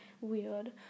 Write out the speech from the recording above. weird